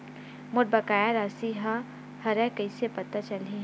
मोर बकाया राशि का हरय कइसे पता चलहि?